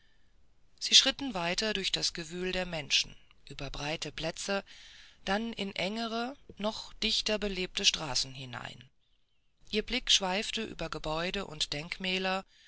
sie schritten weiter durch das gewühl der menschen über breite plätze dann in engere noch dichter belebte straßen hinein ihre blicke schweiften über gebäude und denkmäler